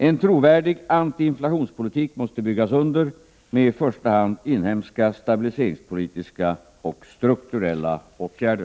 En trovärdig antiinflationspolitik måste byggas under med i första hand inhemska stabiliseringspolitiska och strukturella åtgärder.